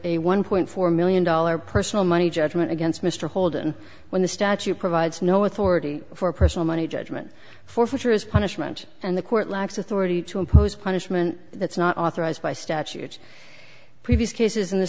a one point four million dollars personal money judgment against mr holden when the statute provides no authority for personal money judgment forfeiture is punishment and the court lacks authority to impose punishment that's not authorized by statute previous cases in the